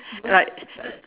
like